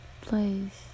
place